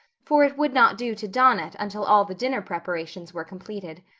for it would not do to don it until all the dinner preparations were completed.